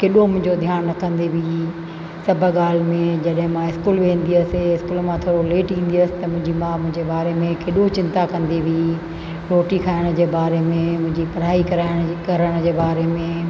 केॾो मुंहिंजो ध्यान कंदे बि ही सभु ॻाल्हि में जॾहिं मां स्कूल वेंदी हुअमि स्कूल में थोरो लेट ईंदी हुअसि त मुंहिंजी माउ मुंहिंजे बारे में केॾो चिंता कंदी हुई रोटी खाइण जे बारे में मुंहिंजी पढ़ाई कराइण करण जे बारे में